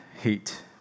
hate